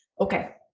okay